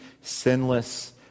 sinless